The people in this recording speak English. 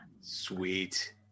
Sweet